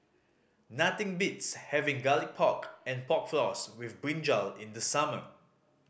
nothing beats having Garlic Pork and Pork Floss with brinjal in the summer